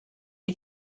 you